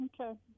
Okay